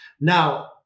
Now